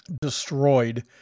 destroyed